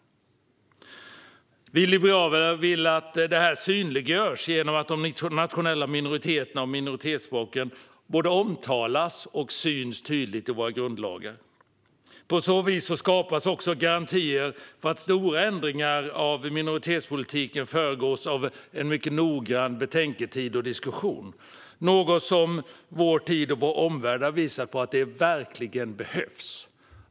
Vi liberaler vill att detta synliggörs genom att de nationella minoriteterna och minoritetsspråken både omtalas och syns tydligt i våra grundlagar. På så vis skapas också garantier för att stora ändringar av minoritetspolitiken ska föregås av en mycket noggrann betänketid och diskussion, något som vår tid och vår omvärld verkligen har visat behövs.